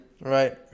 Right